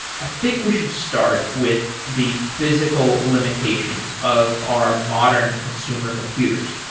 i think we should start with the physical limitations of our modern consumer computers.